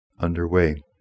underway